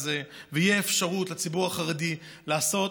הזה ותהיה אפשרות לציבור החרדי לעשות,